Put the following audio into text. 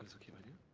so ok with you?